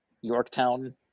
Yorktown